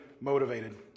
motivated